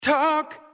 Talk